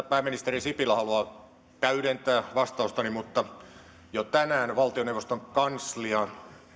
pääministeri sipilä haluaa täydentää vastaustani mutta jo tänään valtioneuvoston kanslian